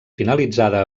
finalitzada